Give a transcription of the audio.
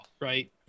right